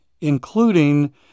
including